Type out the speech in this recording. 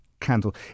candle